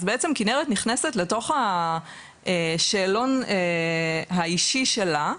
אז בעצם כנרת נכנסת לתוך השאלון האישי שלה,